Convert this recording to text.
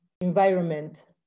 environment